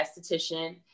esthetician